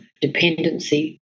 dependency